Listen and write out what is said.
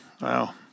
Wow